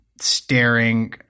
Staring